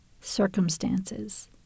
circumstances